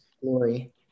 glory